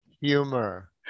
Humor